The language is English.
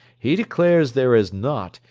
he declares there is not,